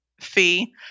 fee